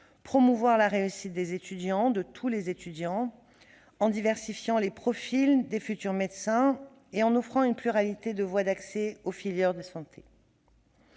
promouvoir la réussite des étudiants- tous les étudiants -, en diversifiant les profils des futurs médecins et en offrant une pluralité de voie d'accès aux filières de santé.